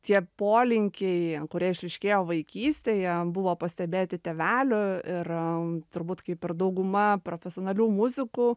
tie polinkiai kurie išryškėjo vaikystėje buvo pastebėti tėvelio ir turbūt kaip ir dauguma profesionalių muzikų